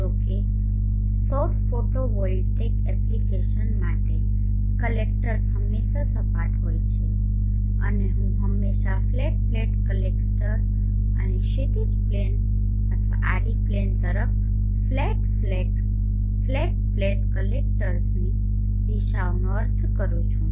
જો કે સૌર ફોટોવોલ્ટેઇક એપ્લિકેશન્સ માટે કલેક્ટર્સ હંમેશા સપાટ હોય છે અને હું હંમેશાં ફ્લેટ પ્લેટ કલેક્ટર્સ અને ક્ષિતિજ પ્લેન અથવા આડી પ્લેન તરફ ફ્લેટ પ્લેટ કલેક્ટર્સની દિશાનો અર્થ કરું છું